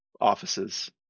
offices